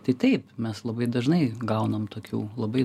tai taip mes labai dažnai gaunam tokių labai